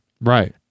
right